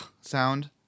sound